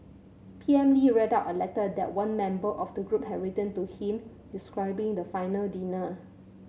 P M Lee read out a letter that one member of the group had written to him describing the final dinner